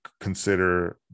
consider